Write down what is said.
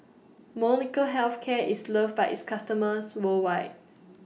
Molnylcke Health Care IS loved By its customers worldwide